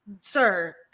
Sir